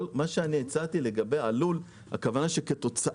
מה שאני הצעתי לגבי עלות, הכוונה שכתוצאה.